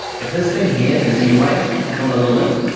if this thing here is in your way, click on the little link.